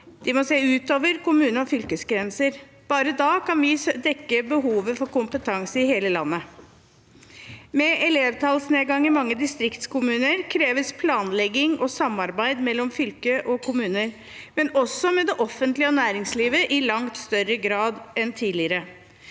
De må se utover kommune- og fylkesgrenser. Bare da kan vi dekke behovet for kompetanse i hele landet. Med elevtallsnedgang i mange distriktskommuner kreves planlegging og samarbeid mellom fylker og kommuner, men også med det offentlige og næringslivet i langt større grad enn tidligere.